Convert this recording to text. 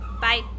bye